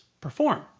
perform